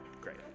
Great